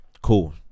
cool